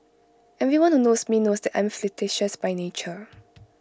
everyone who knows me knows that I am flirtatious by nature